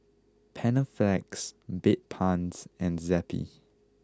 Panaflex Bedpans and Zappy